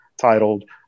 titled